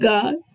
God